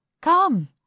come